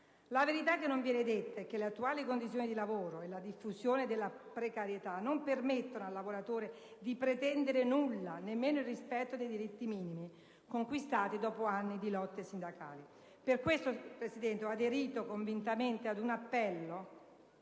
La verità che non viene detta è che l'attuale condizione di lavoro e la diffusione della precarietà non permettono al lavoratore di pretendere nulla, nemmeno il rispetto dei diritti minimi, conquistati dopo anni di lotte sindacali. Per questo, Presidente, ho aderito convintamente ad un appello